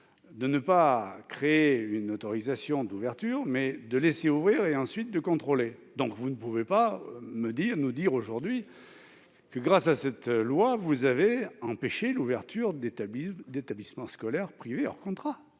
non pas créer une autorisation d'ouverture, mais laisser les établissements s'ouvrir et ensuite les contrôler. Vous ne pouvez donc pas nous dire aujourd'hui que, grâce à cette loi, vous avez empêché l'ouverture d'établissements scolaires privés hors contrat